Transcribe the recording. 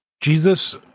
Jesus